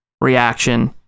reaction